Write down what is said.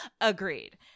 Agreed